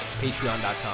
Patreon.com